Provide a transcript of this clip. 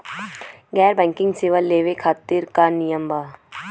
गैर बैंकिंग सेवा लेवे खातिर का नियम बा?